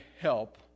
help